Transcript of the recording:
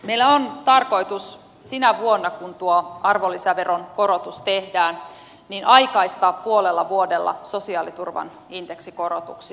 meillä on tarkoitus sinä vuonna kun tuo arvonlisäveron korotus tehdään aikaistaa puolella vuodella sosiaaliturvan indeksikorotuksia